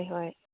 ꯍꯣꯏ ꯍꯣꯏ